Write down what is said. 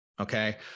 okay